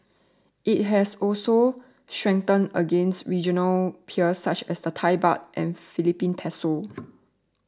it has also strengthened against regional peers such as the Thai Baht and Philippine Peso